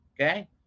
Okay